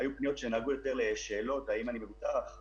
היו פניות שנגעו יותר לשאלות, האם אני מבוטח,